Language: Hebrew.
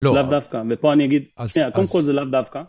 לא. לאוו דווקא, ופה אני אגיד... שניה, קודם כל זה לאוו דווקא